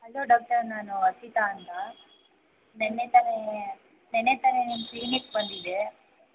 hello doctor ನಾನು ಅರ್ಷಿತಾ ಅಂತ ನಿನ್ನೆ ತಾನೆ ನಿನ್ನೆ ತಾನೆ ನಿಮ್ಮ ಕ್ಲಿನಿಕ್ ಬಂದಿದ್ದೆ